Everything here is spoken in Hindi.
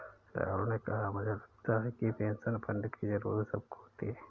राहुल ने कहा कि मुझे लगता है कि पेंशन फण्ड की जरूरत सबको होती है